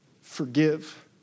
Forgive